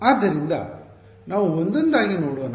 ಆದ್ದರಿಂದ ನಾವು ವಂದೊಂದಾಗಿ ನೊಡೋನ